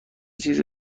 چیزی